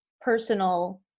personal